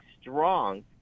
strong